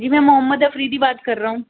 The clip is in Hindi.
जी मैं मोहम्मद अफरीदी बात कर रहा हूँ